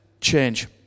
change